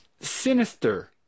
sinister